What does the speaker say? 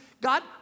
God